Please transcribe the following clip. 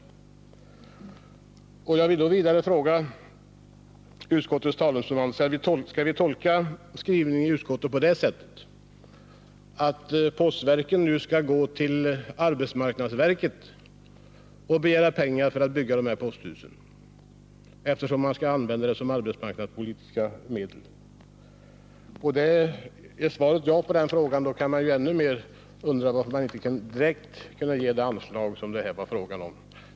Vidare vill jag fråga utskottets talesman: Skall utskottets skrivning tolkas så att postverket nu skall gå till arbetsmarknadsverket och begära pengar för att kunna bygga de här posthusen, eftersom det här är fråga om arbetsmarknadspolitiska medel? Om svaret är ja på den frågan, finns det ännu större anledning att undra varför man inte direkt kunde ha beviljat det anslag som det här är fråga om.